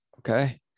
okay